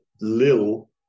Lil